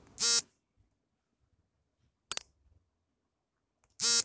UPI ನಲ್ಲಿ ಸ್ವೀಕರಿಸಿದ ಪಾವತಿಗಳನ್ನು ನಾನು ಹೇಗೆ ಪರಿಶೀಲಿಸುವುದು?